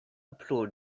pro